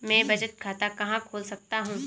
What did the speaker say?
मैं बचत खाता कहाँ खोल सकता हूँ?